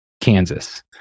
Kansas